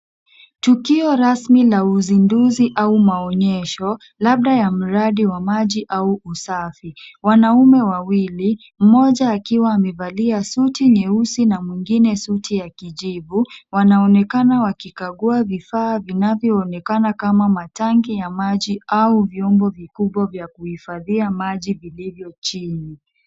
Tukio rasmi la uzinduzi au maonyesho, labda la mradi wa maji au usafi. Wanaume wawili mmoja akiwa amevalia suti nyeusi na mwengine na suti ya kijivu wanaonekana wakikagua vifaa vinavyooneka kama matangi ya maji au vyombo vikubwa vya kuifadhia maji vilivyo chini.